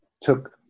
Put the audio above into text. took